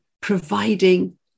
providing